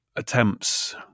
attempts